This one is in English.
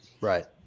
Right